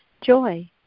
joy